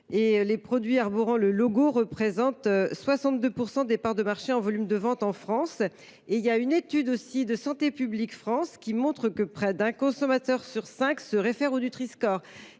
Les produits arborant ce logo représentent 62 % des parts de marché en volume de ventes en France. Enfin, selon Santé publique France, près d’un consommateur sur cinq se réfère au Nutri score.